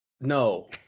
No